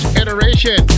iteration